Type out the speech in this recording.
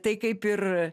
tai kaip ir